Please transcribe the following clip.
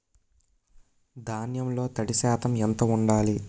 ధాన్యంలో తడి శాతం ఎంత ఉండాలి?